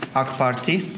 ak party,